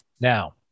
Now